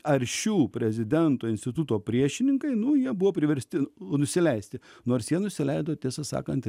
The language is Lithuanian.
aršių prezidento instituto priešininkai nu jie buvo priversti nusileisti nors jie nusileido tiesą sakant